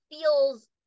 feels